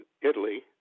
Italy